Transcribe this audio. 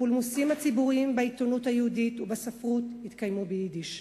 הפולמוסים הציבוריים בעיתונות ובספרות היהודית התקיימו ביידיש.